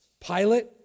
Pilate